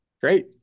Great